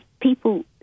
people